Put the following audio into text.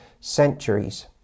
centuries